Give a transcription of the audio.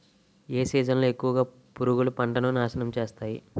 ఏ season లో ఎక్కువుగా పురుగులు పంటను నాశనం చేస్తాయి?